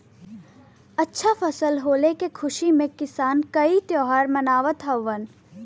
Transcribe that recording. अच्छा फसल होले के खुशी में किसान कई त्यौहार मनावत हउवन